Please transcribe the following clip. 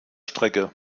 strecke